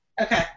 Okay